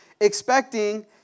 expecting